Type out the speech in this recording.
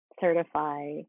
certify